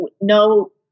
no